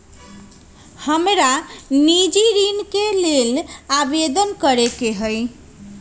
हमरा निजी ऋण के लेल आवेदन करै के हए